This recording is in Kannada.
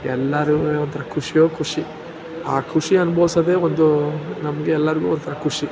ಎಲ್ಲರೂ ಒಂಥರ ಖುಷಿಯೋ ಖುಷಿ ಆ ಖುಷಿ ಅನ್ಭವಿಸೋದೇ ಒಂದು ನಮಗೆ ಎಲ್ಲರಿಗೂ ಒಂಥರ ಖುಷಿ